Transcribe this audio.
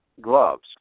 gloves